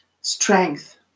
strength